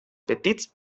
petits